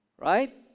right